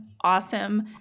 awesome